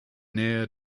nähe